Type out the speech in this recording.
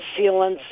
sealants